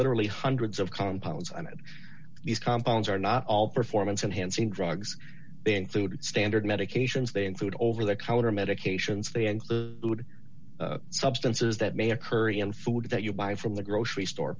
literally hundreds of compounds on it these compounds are not all performance enhancing drugs they include standard medications they include over the counter medications they include a good substances that may occur in food that you buy from the grocery store